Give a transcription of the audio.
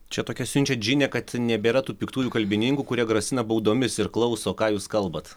čia tokia siunčiat žinią kad nebėra tų piktųjų kalbininkų kurie grasina baudomis ir klauso ką jūs kalbat